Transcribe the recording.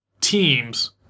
teams